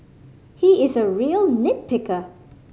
he is a real nit picker